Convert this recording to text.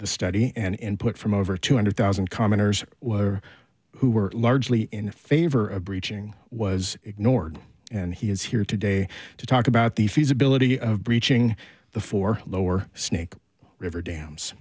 the study and input from over two hundred thousand commoners who were largely in favor of breaching was ignored and he is here today to talk about the feasibility of breaching the four lower snake river dams